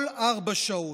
כל ארבע שעות.